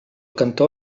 cantó